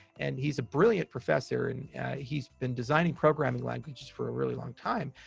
and he's a brilliant professor. and he's been designing programming languages for a really long time,